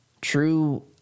true